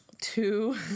two